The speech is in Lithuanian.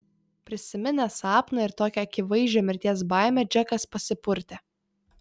prisiminęs sapną ir tokią akivaizdžią mirties baimę džekas pasipurtė